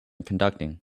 conducting